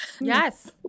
Yes